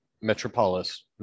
metropolis